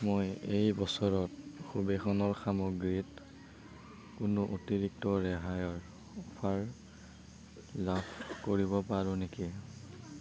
মই এই বছৰত সুবেশনৰ সামগ্ৰীত কোনো অতিৰিক্ত ৰেহাইৰ অফাৰ লাভ কৰিব পাৰো নেকি